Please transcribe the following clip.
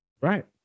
Right